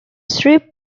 strip